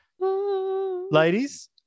Ladies